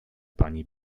pani